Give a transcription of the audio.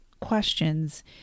questions